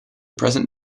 present